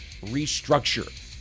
restructure